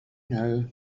know